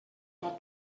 pot